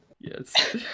Yes